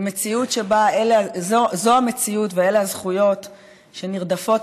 כשזו המציאות ואלה הזכויות שנרדפות,